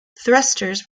thrusters